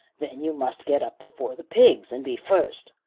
then you must get up before the pigs, and be first.